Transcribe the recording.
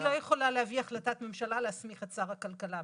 לא יכולה להביא החלטת ממשלה להסמיך את שר הכלכלה.